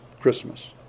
Christmas